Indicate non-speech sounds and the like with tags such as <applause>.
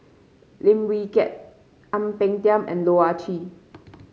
Lim Wee Kiak Ang Peng Tiam and Loh Ah Chee <noise>